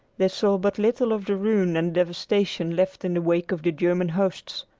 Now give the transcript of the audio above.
they saw but little of the ruin and devastation left in the wake of the german hosts.